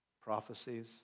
prophecies